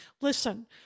Listen